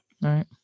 right